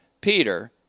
Peter